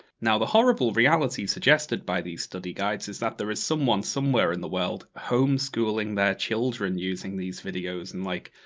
now, the horrible reality suggested by these study guides, is that there is someone, somewhere in the world, homeschooling their children, using these videos, and like,